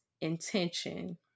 intention